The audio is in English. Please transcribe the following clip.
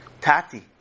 Tati